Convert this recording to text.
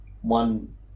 one